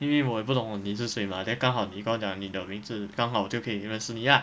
第一我也不懂你是谁 mah then 刚好你跟我讲你的名字刚好我就可以认识你 lah